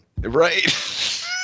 Right